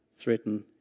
threaten